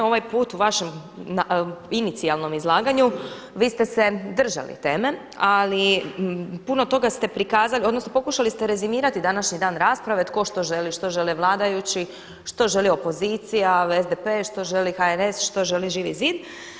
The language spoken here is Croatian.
Ovaj put u vašem inicijalnom izlaganju vi ste se držali teme ali puno toga ste prikazali odnosno pokušali ste rezimirati današnji dan rasprave tko što želi – što žele vladajući, što želi opozicija SDP-e, što želi HNS, što želi Živi zid.